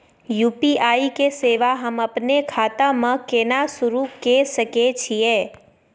UPI के सेवा हम अपने खाता म केना सुरू के सके छियै?